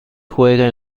juega